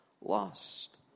Lost